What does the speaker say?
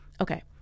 Okay